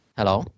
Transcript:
Hello